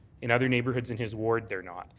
in other neighborhoods in his ward they're not.